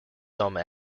some